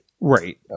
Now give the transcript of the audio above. Right